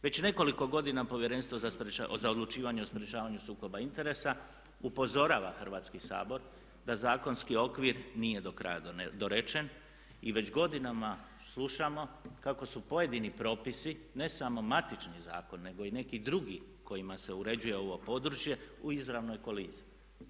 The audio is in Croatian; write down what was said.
Već nekoliko godina Povjerenstvo za odlučivanje o sprječavanju sukoba interesa upozorava Hrvatski sabor da zakonski okvir nije do kraja dorečen i već godinama slušamo kako su pojedini propisi ne samo matični zakon nego i neki drugi kojima se uređuje ovo područje u izravnoj koliziji.